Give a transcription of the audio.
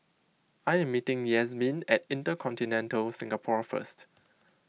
I am meeting Yasmeen at Intercontinental Singapore first